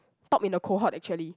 top in the cohort actually